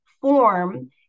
form